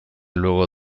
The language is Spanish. luego